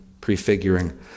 prefiguring